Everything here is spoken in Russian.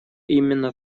именно